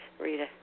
Rita